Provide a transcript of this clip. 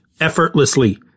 effortlessly